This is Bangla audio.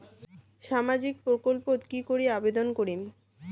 সামাজিক প্রকল্পত কি করি আবেদন করিম?